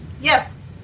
Yes